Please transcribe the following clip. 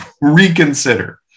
reconsider